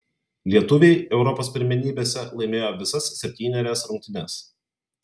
lietuviai europos pirmenybėse laimėjo visas septynerias rungtynes